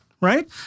right